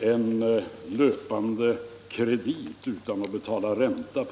en löpande kredit utan att behöva betala ränta.